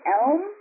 elm